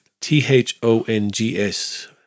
T-H-O-N-G-S